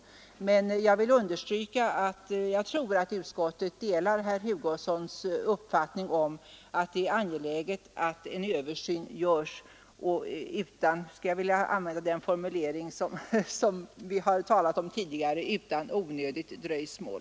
Jag vill emellertid understryka att utskottet, som jag tror, delar herr Hugossons uppfattning, att det är angeläget att en översyn görs och det — för att använda den formulering som vi har talat om tidigare — utan onödigt dröjsmål.